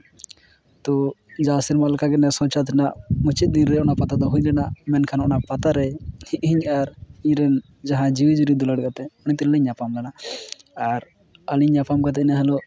ᱛᱚ ᱡᱟᱣ ᱥᱮᱨᱢᱟ ᱞᱮᱠᱟ ᱜᱮ ᱱᱚᱣᱟ ᱥᱟᱞ ᱪᱟᱹᱛ ᱨᱮᱱᱟᱜ ᱢᱩᱪᱟᱹᱫ ᱫᱤᱱ ᱨᱮ ᱱᱚᱣᱟ ᱯᱟᱛᱟ ᱫᱚ ᱦᱩᱭ ᱞᱮᱱᱟ ᱢᱮᱱᱠᱷᱟᱱ ᱚᱱᱟ ᱯᱟᱛᱟ ᱨᱮ ᱤᱧ ᱟᱨ ᱤᱧᱨᱮᱱ ᱡᱤᱣᱤ ᱡᱩᱨᱤ ᱫᱩᱞᱟᱹᱲ ᱜᱟᱛᱮ ᱱᱤᱫ ᱛᱮᱞᱤᱧ ᱧᱟᱯᱟᱢ ᱞᱮᱱᱟ ᱟᱨ ᱟᱹᱞᱤᱧ ᱧᱟᱯᱟᱢ ᱠᱟᱛᱮ ᱡᱟᱦᱟᱸ ᱦᱤᱞᱳᱜ